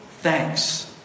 thanks